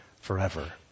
forever